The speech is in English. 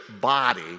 body